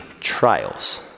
trials